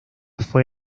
fue